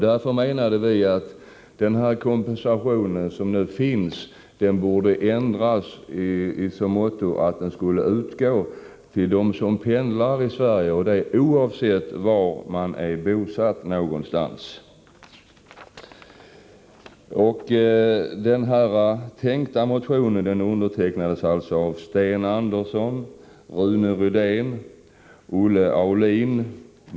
Därför menade vi att kompensationen borde ändras i så måtto att den skulle utgå till dem som pendlar i Sverige, oavsett var man är bosatt. Fru talman!